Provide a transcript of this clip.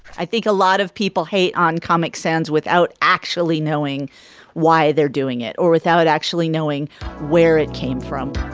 i think a lot of people hate on comic sans without actually knowing why they're doing it or without actually knowing where it came from